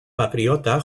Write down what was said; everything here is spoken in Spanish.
patriota